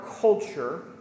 culture